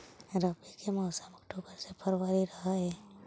रब्बी के मौसम अक्टूबर से फ़रवरी रह हे